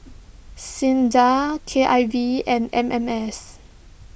Sinda K I V and M M S